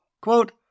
Quote